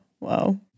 Wow